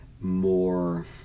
more